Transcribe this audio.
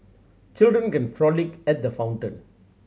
children can frolic at the fountain